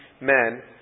men